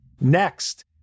Next